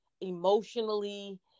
emotionally